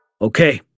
Okay